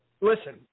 Listen